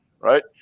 right